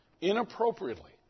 inappropriately